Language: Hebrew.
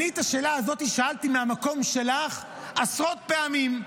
אני את השאלה הזאת שאלתי מהמקום שלך עשרות פעמים,